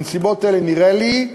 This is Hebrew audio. בנסיבות אלה נראה לי,